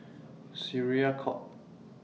Syariah Court